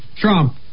Trump